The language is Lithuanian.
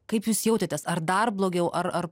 kaip jūs jautėtės ar dar blogiau ar ar